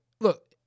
look